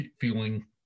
feeling